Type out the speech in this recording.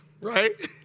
right